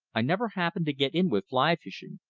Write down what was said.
i never happened to get in with fly-fishing.